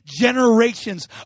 generations